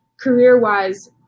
career-wise